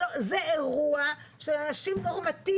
זה אירוע של אנשים נורמטיביים.